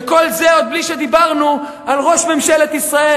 וכל זה עוד בלי שדיברנו על ראש ממשלת ישראל,